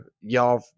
y'all